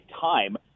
time